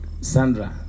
Sandra